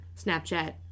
Snapchat